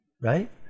right